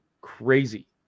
crazy